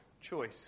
choice